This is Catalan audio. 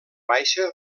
baixa